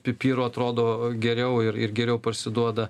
pipiro atrodo geriau ir ir geriau parsiduoda